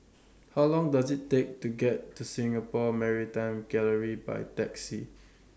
How Long Does IT Take to get to Singapore Maritime Gallery By Taxi